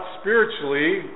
spiritually